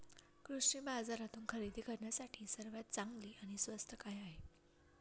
कृषी बाजारातून खरेदी करण्यासाठी सर्वात चांगले आणि स्वस्त काय आहे?